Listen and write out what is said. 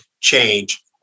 change